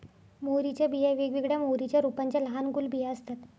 मोहरीच्या बिया वेगवेगळ्या मोहरीच्या रोपांच्या लहान गोल बिया असतात